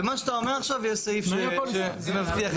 למה שאתה אומר עכשיו יש סעיף שמבטיח את זה.